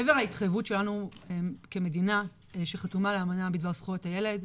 מעבר להתחייבות שלנו כמדינה שחתומה על אמנה בדבר זכויות הילד,